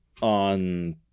on